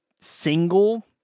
single